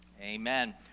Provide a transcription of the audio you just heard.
Amen